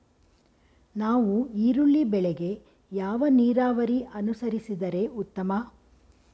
ನಾವು ಈರುಳ್ಳಿ ಬೆಳೆಗೆ ಯಾವ ನೀರಾವರಿ ಅನುಸರಿಸಿದರೆ ಉತ್ತಮ?